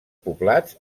poblats